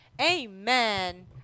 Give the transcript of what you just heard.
Amen